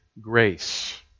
grace